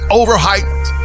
overhyped